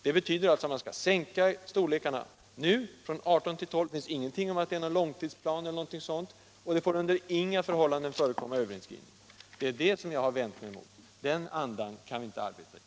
Det betyder alltså att barnantalet i syskongrupperna nu skall sänkas från 18 till 12 — det finns ingenting angivet om någon långtidsplan eller någonting sådant — och det får under inga förhållanden förekomma överinskrivning! Det är detta som jag har vänt mig mot. Den andan kan vi inte arbeta i.